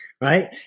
right